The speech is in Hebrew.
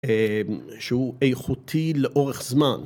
שהוא איכותי לאורך זמן